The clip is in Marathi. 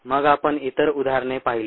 मग आपण इतर उदाहरणे पाहिली